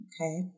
Okay